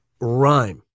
rhyme